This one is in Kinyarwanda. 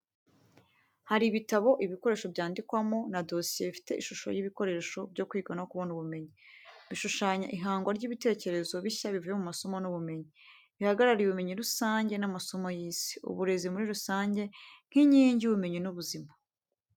Hari ibitabo, ibikoresho byandikwamo, na dosiye, bifite ishusho y’ibikoresho byo kwiga no kubona ubumenyi. Bishushanya ihangwa ry’ibitekerezo bishya bivuye mu masomo n’ubumenyi. Bihagarariye ubumenyi rusange n’amasomo y’isi. uburezi muri rusange nk’inkingi y’ubumenyi n’ubuzima.